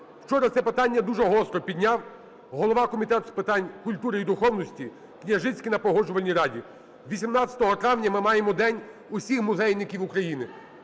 Вчора це питання дуже гостро підняв голова Комітету з питань культури і духовності Княжицький на Погоджувальній раді. 18 травня ми маємо День усіх музейників України,